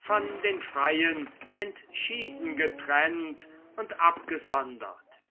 von den freien entschieden getrennt und abgesondert